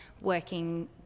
working